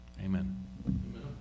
Amen